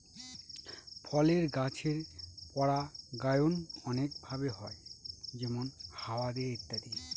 ফলের গাছের পরাগায়ন অনেক ভাবে হয় যেমন হাওয়া দিয়ে ইত্যাদি